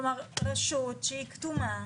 כלומר רשות שהיא כתומה,